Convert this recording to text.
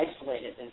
isolated